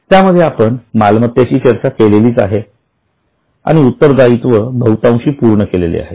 त्यामध्ये आपण मालमत्तेची चर्चा केलेलीच आहे आणि उत्तर दायित्व बहुतांशी पूर्ण केलेले आहे